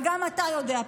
וגם אתה יודע,